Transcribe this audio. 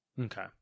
Okay